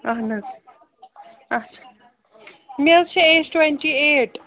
اہَن حظ اَچھا مےٚ حظ چھِ ایج ٹُوَنٹی ایٹ